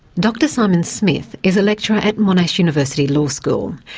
dr simon smith is a lecturer at monash university law school,